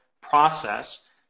process